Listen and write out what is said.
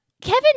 Kevin